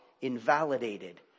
invalidated